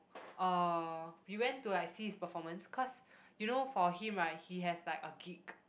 uh we went to like see his performance cause you know for him right he has like a gig